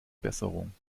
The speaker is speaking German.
besserung